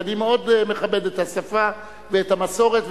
אני מאוד מכבד את השפה ואת המסורת,